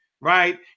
right